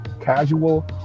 casual